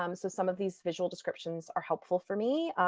um so some of these visual descriptions are helpful for me.